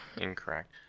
Incorrect